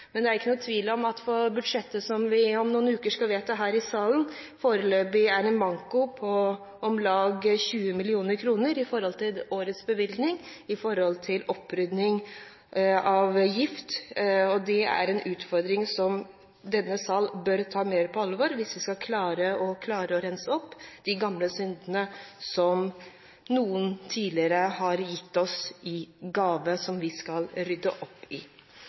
men det er ikke noen tvil om at det i budsjettet som vi om noen uker skal vedta her i salen, foreløpig er en manko på om lag 20 mill. kr i årets bevilgning til opprydding av gift. Det er en utfordring som denne sal bør ta mer på alvor hvis vi skal klare å rydde opp i de gamle syndene, som noen tidligere har gitt oss i gave. Statsråden var så vidt inne på vanndirektivet. Det er gjeldende for Norge, og målet er jo at vi skal